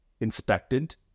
inspected